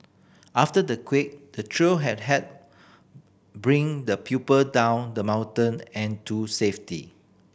after the quake the trio had helped bring the pupil down the mountain and to safety